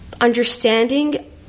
understanding